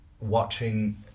watching